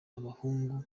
abahungu